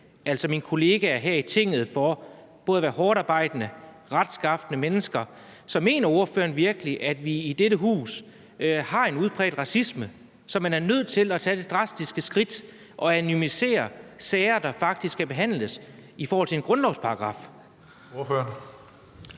altså mine kollegaer her i Tinget for at være både hårdtarbejdende og retskafne mennesker. Mener ordføreren virkelig, at vi i dette hus har en udbredt racisme, så man er nødt til at tage det drastiske skridt at anonymisere sager, der faktisk skal behandles i henhold til en grundlovsparagraf? Kl.